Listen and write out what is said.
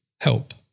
help